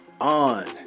on